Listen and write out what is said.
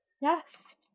yes